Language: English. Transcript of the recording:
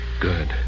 Good